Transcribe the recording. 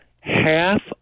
Half